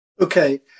okay